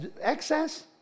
Excess